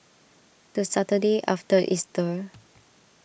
the Saturday after Easter